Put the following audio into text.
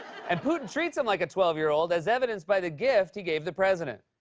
and putin treats him like a twelve year old, as evidenced by the gift he gave the president.